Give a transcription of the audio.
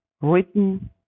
written